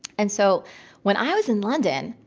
and so when i was in london,